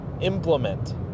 implement